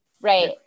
Right